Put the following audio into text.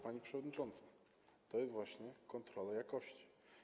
Pani przewodnicząca, to jest właśnie kontrola jakości.